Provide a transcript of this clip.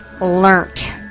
learnt